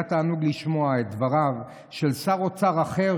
היה תענוג לשמוע את דבריו של שר אוצר אחר,